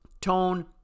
Tone